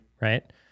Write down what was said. right